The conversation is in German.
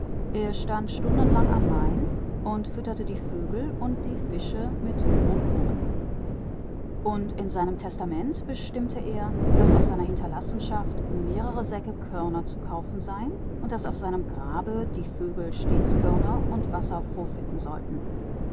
er stand stundenlang am main und fütterte die vögel und die fische mit brotkrumen und in seinem testament bestimmte er daß aus seiner hinterlassenschaft mehrere säcke körner zu kaufen seien und daß auf seinem grabe die vögel stets körner und wasser vorfinden sollten